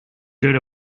good